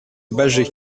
bâgé